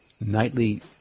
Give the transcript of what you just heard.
nightly